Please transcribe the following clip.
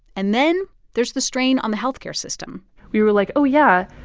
and then there's the strain on the health care system we were like, oh, yeah,